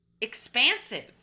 expansive